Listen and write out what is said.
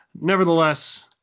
nevertheless